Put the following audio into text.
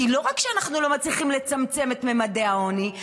כי לא רק שאנחנו לא מצליחים לצמצם את ממדי העוני,